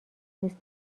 نیست